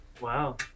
Wow